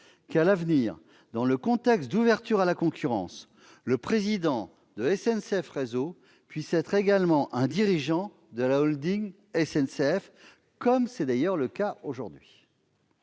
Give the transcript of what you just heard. que, à l'avenir, dans le contexte d'ouverture à la concurrence, le président de SNCF Réseau puisse être également un dirigeant de la SNCF, comme c'est le cas aujourd'hui.